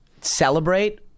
celebrate